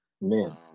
Man